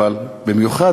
אבל במיוחד,